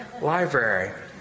library